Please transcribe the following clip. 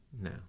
No